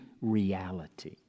reality